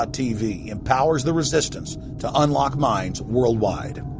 ah tv empowers the resistance to unlock minds worldwide.